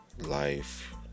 Life